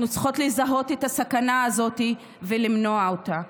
אנחנו צריכות לזהות את הסכנה הזאת ולמנוע אותה.